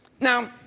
Now